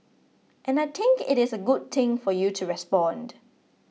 and I think it is a good thing for you to respond